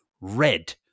red